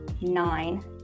nine